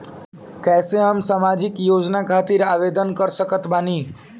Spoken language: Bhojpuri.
कैसे हम सामाजिक योजना खातिर आवेदन कर सकत बानी?